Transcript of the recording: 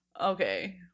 Okay